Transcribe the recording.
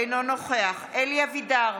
אינו נוכח אלי אבידר,